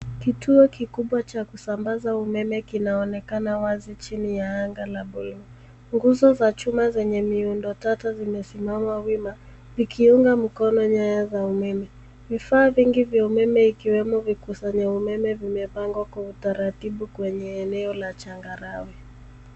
Kituo kikubwa cha kusambaza umeme kinaonekana wazi chini ya anga la buluu. Nguzo za chuma zenye miundo tatu zimesimama wima vikiunga mkono nyaya za umeme. Vifaa vingi vya umeme ikiwemo vikusanya umeme vimepangwa kwa utaratibu kwenye eneo la changarawe.